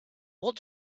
what